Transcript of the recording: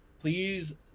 Please